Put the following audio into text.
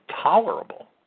tolerable